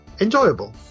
enjoyable